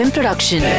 Production